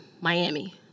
Miami